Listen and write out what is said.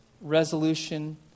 resolution